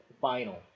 final